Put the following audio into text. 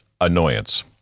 annoyance